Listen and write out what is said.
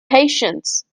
patience